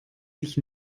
sich